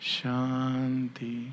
Shanti